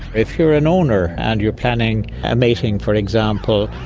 if you're an owner and you're planning a mating, for example,